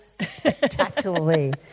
spectacularly